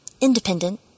Independent